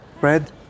Bread